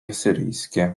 asyryjskie